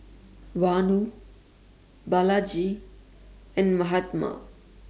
Vanu Balaji and Mahatma